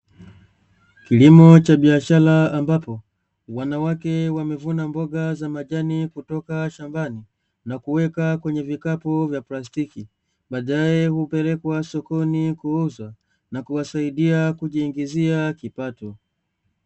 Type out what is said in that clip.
Kilimo cha biashara, ambapo wanawake wamevuna mboga za majani kutoka shambani na kuweka kwenye vikapu vya plastiki, tayari kupelekwa sokoni kuuzwa na kujipatia kipato.